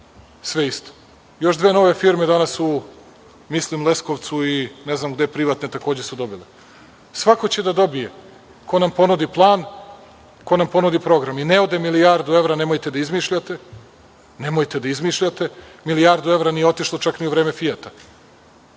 sve isto. Još dve nove firme su danas u, mislim, Leskovcu i ne znam gde, privatne, takođe su dobile. Svako će da dobije ko nam ponudi plan, ko nam ponudi program. I ne ode milijardu evra, nemojte da izmišljate. Nemojte da izmišljate, milijardu evra nije otišlo čak ni u vreme „Fiata“,